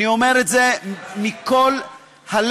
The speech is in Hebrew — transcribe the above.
אני אומר את זה מכל הלב,